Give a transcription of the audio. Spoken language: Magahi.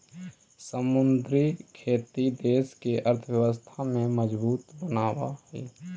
समुद्री खेती देश के अर्थव्यवस्था के मजबूत बनाब हई